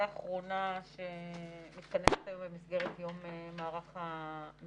האחרונה שמתכנסת היום במסגרת יום מערך המילואים.